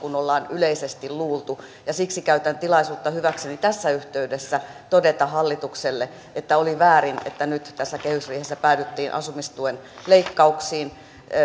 kuin ollaan yleisesti luultu ja siksi käytän tilaisuutta hyväkseni tässä yhteydessä todeta hallitukselle että oli väärin että nyt tässä kehysriihessä päädyttiin asumistuen leikkauksiin